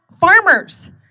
farmers